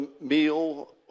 meal